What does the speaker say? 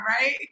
right